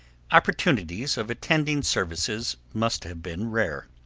opportunities of attending services must have been rare.